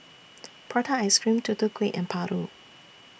Prata Ice Cream Tutu Kueh and Paru